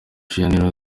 vianney